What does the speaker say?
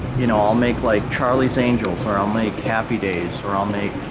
you know, i'll make like charlie's angels or i'll make happy days or i'll make